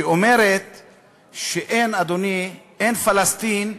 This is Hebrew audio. שאומרת שאין, אדוני, פלסטין,